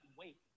wait